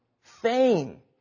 Fame